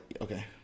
Okay